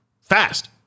fast